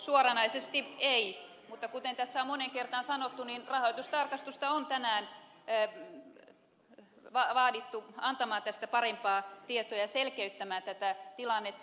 suoranaisesti ei mutta kuten tässä on moneen kertaan sanottu niin rahoitustarkastusta on tänään vaadittu antamaan tästä parempaa tietoa ja selkeyttämään tätä tilannetta